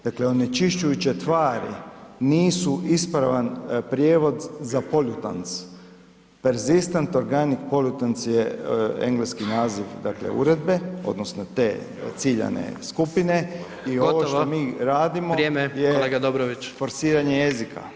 Dakle, onečišćujuće tvari nisu ispravan prijevod za pollutants, persistent organic pollutants je engleski naziv dakle uredbe odnosno te ciljane skupine i ovo što mi radimo [[Upadica: Gotovo, vrijeme kolega Dobrović.]] je forsiranje jezika.